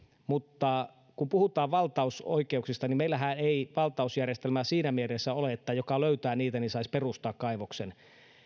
mutta kun puhutaan valtausoikeuksista niin meillähän ei valtausjärjestelmää siinä mielessä ole että joka löytää niitä saisi perustaa kaivoksen